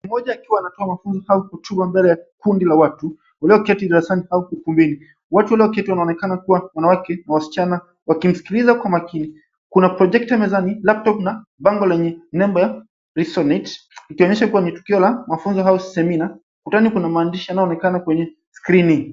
Mtu mmoja akiwa anatoa mafunzo au hotuba mbele ya kundi la watu walioketi darasani au ukumbini. Watu walioketi wanaonekana kuwa wanawake na wasichana wakimsikiliza kwa makini. Kuna projector mezani, laptop na bango lenye nembo ya Resonate ikionyesha kuwa ni tukio la mafunzo au semina. Kutani kuna maandishi yanaonekana kwenye skrini.